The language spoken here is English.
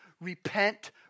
repent